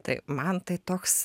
tai man tai toks